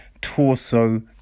Torso